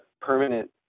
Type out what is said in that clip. permanent